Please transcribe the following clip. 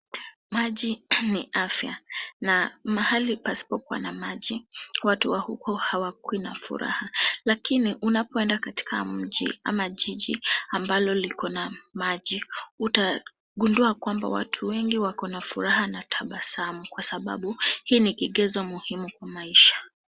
Maji ni afya, na mahali pasipokuwa na maji, watu wa huko hawakui na furaha. Lakini unapoenda katika mji ama jiji ambalo liko na maji, utagundua kwamba watu wengi wako na furaha na tabasamu kwa sababu hii ni kigezo muhimu kwa maisha.